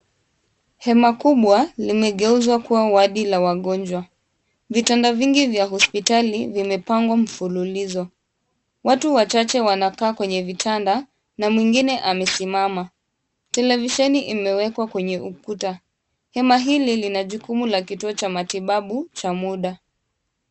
Hema kubwa limegeuzwa kuwa wadi la wagonjwa. Vitanda vingi vya hospitali vimepangwa mfululizo. Watu wachache wanakaa kwenye vitanda mwingine amesimama. Televisheni imewekwa kwenye ukuta. Hema hili lina jukumu la kituo cha matibabu cha muda.